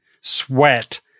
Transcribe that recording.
sweat